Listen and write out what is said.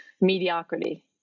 mediocrity